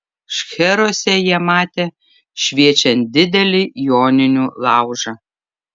šcheruose jie matė šviečiant didelį joninių laužą